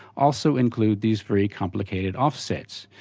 also include these very complicated offsets.